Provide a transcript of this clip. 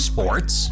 Sports